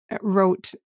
wrote